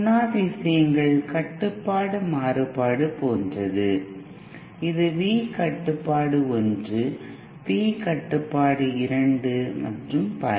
குணாதிசயங்கள் கட்டுப்பாட்டு மாறுபாடு போன்றது இது Vகட்டுப்பாடு1 V கட்டுப்பாடு 2 மற்றும் பல